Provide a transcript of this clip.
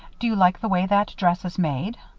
do you like the way that dress is made?